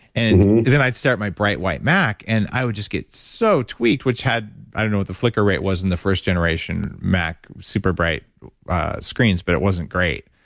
and then, i'd start my bright white mac, and i would just get so tweaked, which had. i don't know what the flicker rate was in the first generation mac with super bright screens, but it wasn't great.